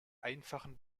einfachen